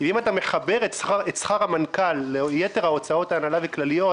אם אתה מחבר את שכר המנכ"ל ליתר הוצאות הנהלה וכלליות